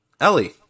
Ellie